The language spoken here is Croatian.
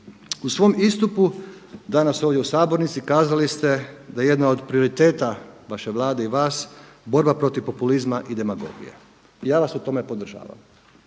U svom istupu danas ovdje u sabornici kazali ste da jedan od prioriteta vaše Vlade i vas borba protiv populizma i demagogije. Ja vas u tome podržavam.